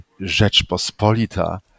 Rzeczpospolita